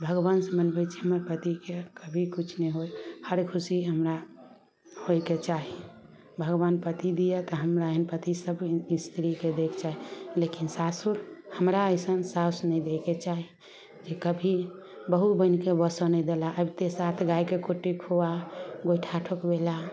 भगवानसँ मनबय छियै हमर पतिके कभी किछु नहि होइ हर खुशी हमरा होइके चाही भगवान पति दिऽ तऽ हमरा एहन पति सभ स्त्रीके दैके चाही लेकिन सासुर हमरा अइसन साउस नहि दैके चाही जे कभी बहु बनिकए बसऽ नहि देला आबिते साथ गायके कुट्टी खुआ गोइठा ठोकबेला